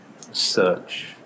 search